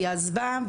והיא עזבה.